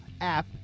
app